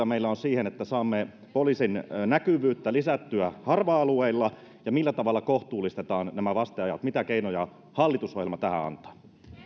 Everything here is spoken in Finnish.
meillä on siihen että saamme poliisin näkyvyyttä lisättyä harva alueilla millä tavalla kohtuullistetaan nämä vasteajat mitä keinoja hallitusohjelma tähän antaa